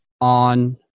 on